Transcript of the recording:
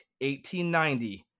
1890